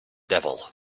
devil